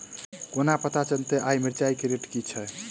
कोना पत्ता चलतै आय मिर्चाय केँ रेट की छै?